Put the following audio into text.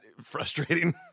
frustrating